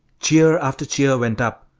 cheer after cheer went up,